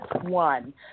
one